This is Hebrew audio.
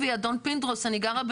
אני אסביר.